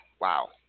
wow